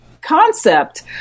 concept